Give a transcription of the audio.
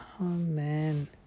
Amen